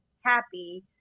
happy